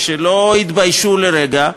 שלא התביישו לרגע,